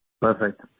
Perfect